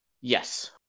Yes